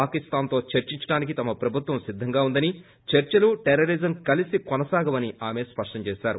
పాకిస్తాన్ తొ చర్చించడానికి తమ ప్రభుత్వం సిద్దంగా ఉందని చర్చలు టెర్రరీజం కలిసి కొనసాగవని ఆమె స్సప్లం చేశారు